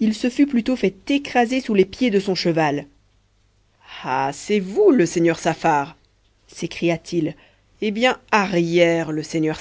il se fût plutôt fait écraser sous les pieds de son cheval ah c'est vous le seigneur saffar s'écria-t-il eh bien arrière le seigneur